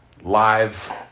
live